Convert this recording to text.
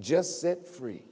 just set free